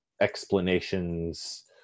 Explanations